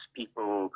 people